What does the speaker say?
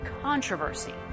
controversy